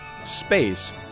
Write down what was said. space